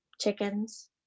Chickens